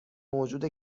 موجود